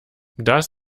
das